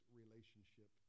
relationship